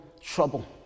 trouble